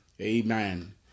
Amen